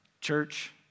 Church